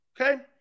okay